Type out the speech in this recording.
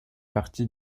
partie